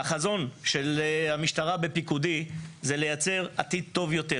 החזון של המשטרה בפיקודי זה לייצר עתיד טוב יותר,